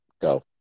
Go